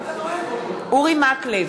אינו נוכח איימן עודה,